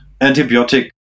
antibiotic